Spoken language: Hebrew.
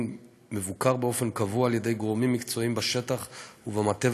מבוקר באופן קבוע על-ידי גורמים מקצועיים בשטח ובמטה,